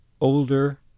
older